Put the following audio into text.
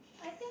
I think